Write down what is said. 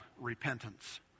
repentance